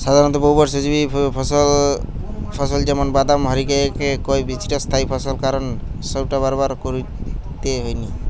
সাধারণত বহুবর্ষজীবী ফসল যেমন বাদাম হারিকে কয় চিরস্থায়ী ফসল কারণ সউটা বারবার রুইতে হয়নি